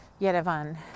Yerevan